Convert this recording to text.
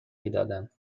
میدادم